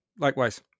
likewise